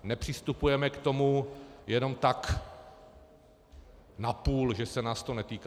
Nepřistupujeme k tomu jenom tak napůl, že se nás to netýká?